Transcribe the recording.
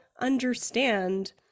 understand